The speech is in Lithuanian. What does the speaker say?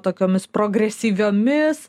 tokiomis progresyviomis